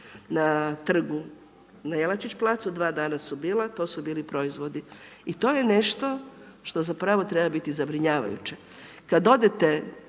na trgu, na Jelačić placu, dva dana su bila to su bili proizvodi. I to je nešto što zapravo treba biti zabrinjavajuće. Kad odete